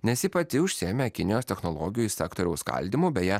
nes ji pati užsiėmė kinijos technologijų sektoriaus skaldymu beje